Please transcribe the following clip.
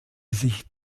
sich